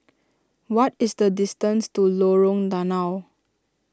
what is the distance to Lorong Danau